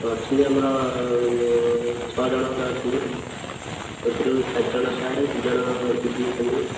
ଅଛନ୍ତି ଆମର ଛଅ ଜଣ ଖଣ୍ଡେ ଅଛନ୍ତି ଏଥିରୁ ଚାରି ଜଣ ସାର୍ ଦୁଇ ଜଣ ଦିଦି ଅଛନ୍ତି